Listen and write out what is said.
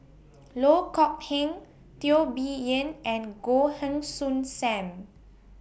Loh Kok Heng Teo Bee Yen and Goh Heng Soon SAM